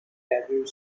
debut